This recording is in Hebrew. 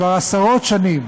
כבר עשרות שנים